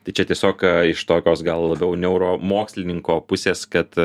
tai čia tiesiog iš tokios gal labiau neuromokslininko pusės kad